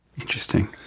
Interesting